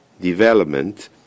development